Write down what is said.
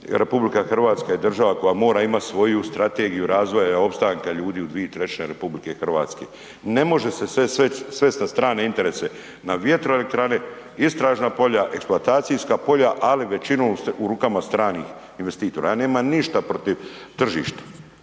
Republika, RH je država koja mora imati svoju strategiju razvoja opstanka ljudi u 2/3 RH. Ne može se sve svest na strane interese na vjetroelektrane, istražna polja, eksploatacijska polja, ali većinu u rukama stranih investitora. Ja nemam ništa protiv tržišta.